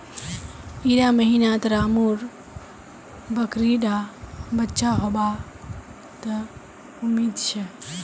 इड़ा महीनात रामु र बकरी डा बच्चा होबा त उम्मीद छे